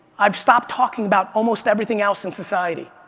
i've stopped talking about almost everything else in society.